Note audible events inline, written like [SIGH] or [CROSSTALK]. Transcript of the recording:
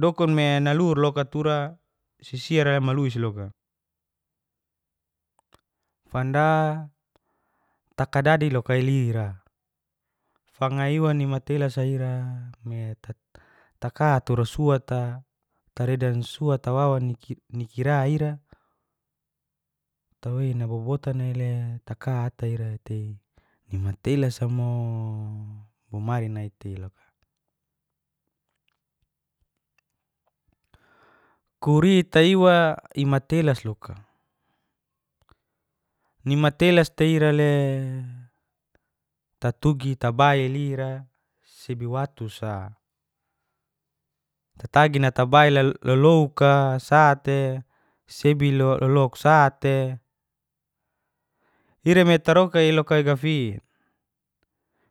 dokun meana luhur loka, tura sisira maluweis loka. fanda takadadi loka lira fanga iwan ni matilasa ira [HESITATION] taka tura suwata, taredan suwata wawa nikira ira tawei nabobotan ile taka ata ira tei nimatelas mo bomai naiteloka. Kurita iwa imatelas loka. Ni matelas teira le tatugi tabail ira sebi watu sa. Tatagi ni natabail lolouka sate sebi lolouk sate [HESITATION] ira me taroki loka gafin,